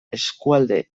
eskualde